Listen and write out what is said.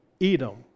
Edom